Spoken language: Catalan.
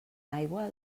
aigua